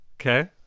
okay